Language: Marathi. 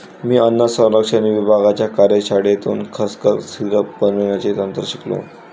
मी अन्न संरक्षण विभागाच्या कार्यशाळेतून खसखस सिरप बनवण्याचे तंत्र शिकलो